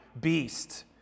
beast